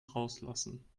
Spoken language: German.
rauslassen